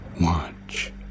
watch